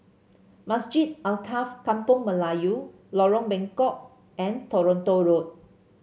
Masjid Alkaff Kampung Melayu Lorong Bengkok and Toronto Road